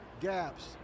gaps